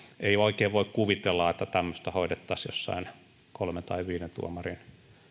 ei oikein voi kuvitella että tämmöistä hoidettaisiin jossain kolmen tai viiden tuomarin